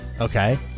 Okay